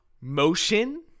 motion